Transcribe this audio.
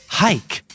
hike